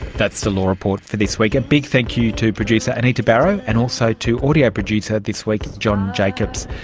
that's the law report for this week. a big thank you to producer anita barraud, and also to audio producer this week, john jacobs.